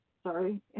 Sorry